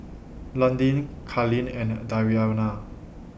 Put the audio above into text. Londyn Carlene and Dariana